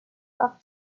off